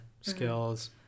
skills